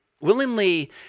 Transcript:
willingly